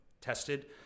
tested